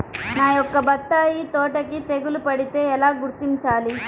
నా యొక్క బత్తాయి తోటకి తెగులు పడితే ఎలా గుర్తించాలి?